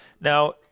Now